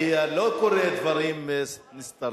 אני לא קורא דברים נסתרים.